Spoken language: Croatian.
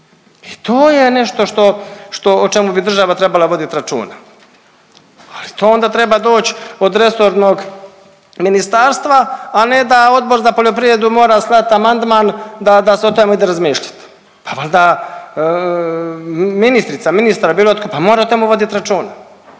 I to je nešto što, o čemu bi država trebala vodit računa. Ali to onda treba doći od resornog ministarstva, a ne da Odbor za poljoprivredu mora slat amandman da se o tome ide razmišljati. Pa valjda ministrica, ministar, bilo tko pa mora o tome vodit računa.